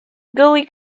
gully